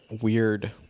weird